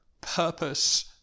purpose